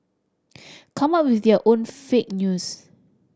come up with your own fake news